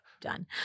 done